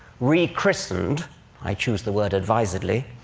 rechristened i choose the word advisedly